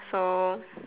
so